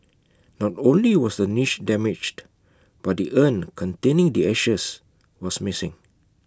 not only was the niche damaged but the urn containing the ashes was missing